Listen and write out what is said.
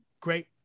great